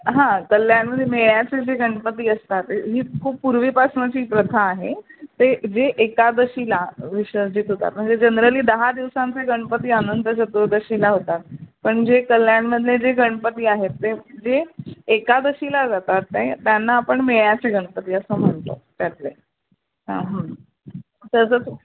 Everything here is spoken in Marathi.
हां कल्याणमध्ये मेळ्याचे जे गणपती असतात ही खूप पूर्वीपासूनाची प्रथा आहे ते जे एकादशीला विसर्जित होतात म्हणजे जनरली दहा दिवसांचे गणपती अनंत चतुर्दशीला होतात पण जे कल्याणमधले जे गणपती आहेत ते जे एकादशीला जातात ते त्यांना आपण मेळ्याचे गणपती असं म्हणतो त्यातले हां हं तसंच